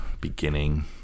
beginning